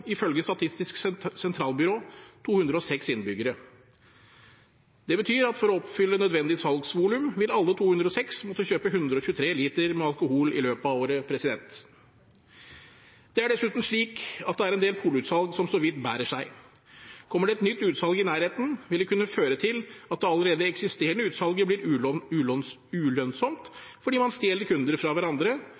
ifølge Statistisk sentralbyrå 206 innbyggere. Det betyr at for å oppfylle nødvendig salgsvolum vil alle 206 måtte kjøpe 123 liter alkohol i løpet av året. Det er dessuten slik at det er en del polutsalg som så vidt bærer seg. Kommer det et nytt utsalg i nærheten, vil det kunne føre til at det allerede eksisterende utsalget blir ulønnsomt, fordi man stjeler kunder fra hverandre